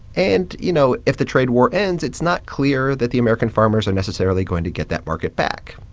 and, you know, if the trade war ends, it's not clear that the american farmers are necessarily going to get that market back.